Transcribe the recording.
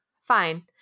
Fine